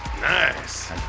Nice